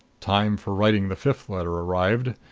time for writing the fifth letter arrived.